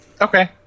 Okay